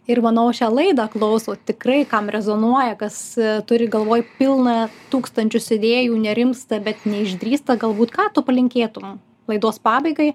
ir manau šią laidą klauso tikrai kam rezonuoja kas turi galvoj pilna tūkstančius idėjų nerimsta bet neišdrįsta galbūt ką tu palinkėtum laidos pabaigai